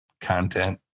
content